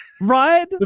Right